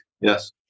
Yes